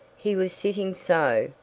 he was sitting so,